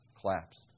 collapsed